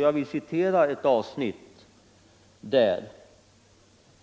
Jag vill citera ett avsnitt av vad som där sägs, där det heter: